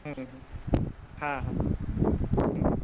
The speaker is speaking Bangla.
হুম হুম হ্যাঁ হ্যাঁ হুম